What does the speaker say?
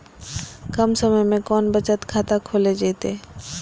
कम समय में कौन बचत खाता खोले जयते?